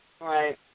right